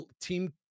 team